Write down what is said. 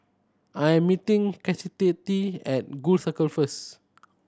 I am meeting Chastity at Gul Circle first